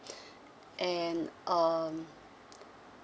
and um